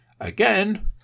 Again